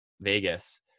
Vegas